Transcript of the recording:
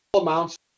amounts